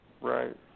Right